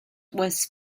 was